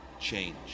change